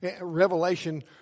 Revelation